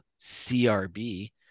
CRB